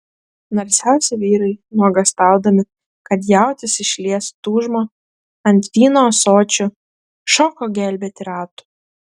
narsiausi vyrai nuogąstaudami kad jautis išlies tūžmą ant vyno ąsočių šoko gelbėti ratų